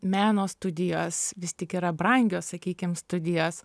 meno studijos vis tik yra brangios sakykim studijos